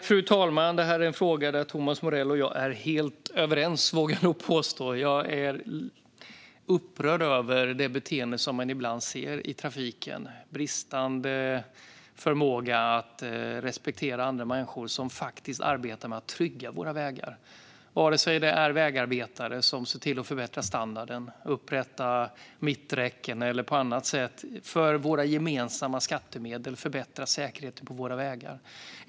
Fru talman! Detta är en fråga där Thomas Morell och jag är helt överens - det vågar jag nog påstå. Jag är upprörd över det beteende som man ibland ser i trafiken. Det finns en bristande förmåga att respektera andra människor som faktiskt arbetar med att trygga våra vägar. Det kan vara vägarbetare som ser till att förbättra standarden och upprätta mitträcken eller som på annat sätt för våra gemensamma skattemedel förbättrar säkerheten på våra vägar.